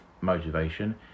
motivation